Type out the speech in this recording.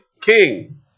king